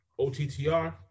OTTR